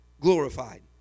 glorified